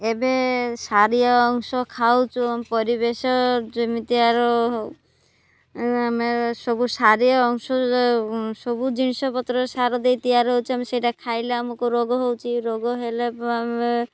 ଏବେ ସାରିୟ ଅଂଶ ଖାଉଛୁ ଆମ ପରିବେଶ ଯେମିତି ଆର ଆମେ ସବୁ ସାରିୟ ଅଂଶ ସବୁ ଜିନିଷପତ୍ର ସାର ଦେଇ ତିଆରି ହେଉଛି ଆମେ ସେଇଟା ଖାଇଲେ ଆମକୁ ରୋଗ ହେଉଛି ରୋଗ ହେଲେ ଆମେ